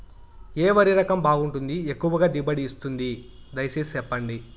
ఏ వరి రకం బాగుంటుంది, ఎక్కువగా దిగుబడి ఇస్తుంది దయసేసి చెప్పండి?